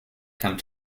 come